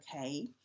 Okay